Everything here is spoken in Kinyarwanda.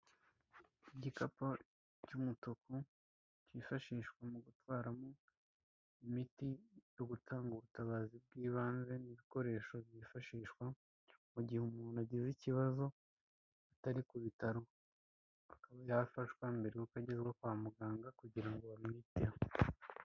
Igikapu cy'umutuku cyifashishwa mu gutwaramo imiti yo gutanga ubutabazi bw'ibanze, n'ibikoresho byifashishwa mu gihe umuntu agize ikibazo atari ku bitaro, akaba yafashwa mbere yuko agezwa kwa muganga kugira ngo bamwiteho.